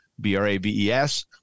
B-R-A-V-E-S